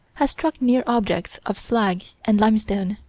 has struck near objects of slag and limestone.